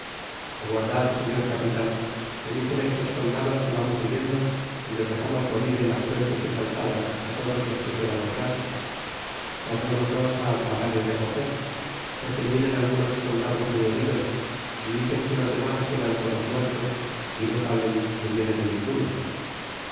todos aguardad seiior capitan que dicen estos soldados que vamos huyendo y los dexamos morir en las puentes y calzadas á todos los que quedan atras tornémoslos amparar y recoger porque vienen algunos soldados muy heridos y dicen que los demas quedan todos muertos y no salen ni vienen ningunos